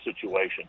situation